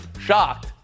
shocked